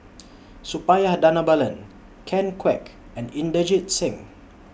Suppiah Dhanabalan Ken Kwek and Inderjit Singh